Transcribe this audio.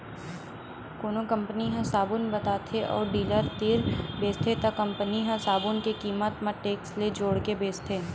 कोनो कंपनी ह साबून बताथे अउ डीलर तीर बेचथे त कंपनी ह साबून के कीमत म टेक्स ल जोड़के बेचथे